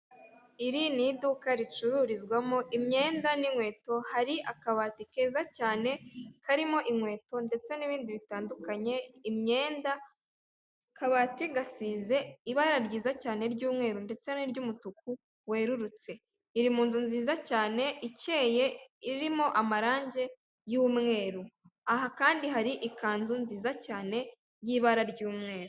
Iri ni iduka ricururizwamo imyenda n'inkweto, hari akabati keza cyane karimo inkweto ndetse n'ibindi bitandukanye, imyenda akabati gasize ibara ryiza cyane ry'umweru ndetse n'iry'umutuku werurutse. Iri mu nzu nziza cyane ikeyeye irimo amarange y'umweru. Aha kandi hari ikanzu nziza cyane y'ibara ry'umweru.